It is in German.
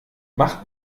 macht